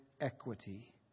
equity